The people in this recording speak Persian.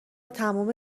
تموم